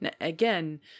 Again